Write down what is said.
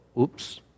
oops